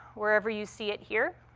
wherever you see it here,